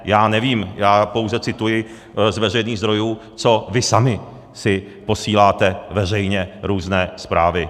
Já nevím, já pouze cituji z veřejných zdrojů, co vy sami si posíláte veřejně různé zprávy.